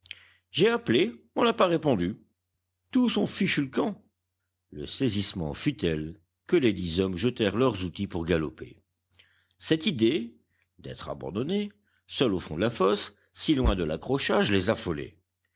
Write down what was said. j'ai appelé on n'a pas répondu tous ont fichu le camp le saisissement fut tel que les dix hommes jetèrent leurs outils pour galoper cette idée d'être abandonnés seuls au fond de la fosse si loin de l'accrochage les affolait